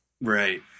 Right